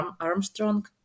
Armstrong